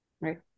right